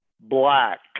Black